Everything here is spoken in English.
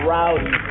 Rowdy